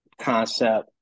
Concept